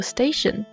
Station